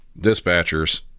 Dispatchers